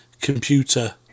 computer